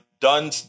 done